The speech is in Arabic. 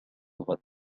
الغد